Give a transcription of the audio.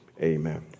amen